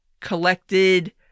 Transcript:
collected